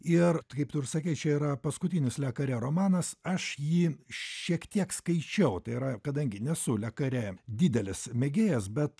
ir tu kaip tu ir sakei čia yra paskutinis le karė romanas aš jį šiek tiek skaičiau tai yra kadangi nesu le karė didelis mėgėjas bet